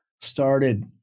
started